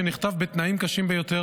שנכתב בתנאים קשים ביותר,